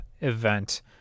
event